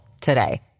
today